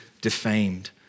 defamed